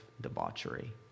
debauchery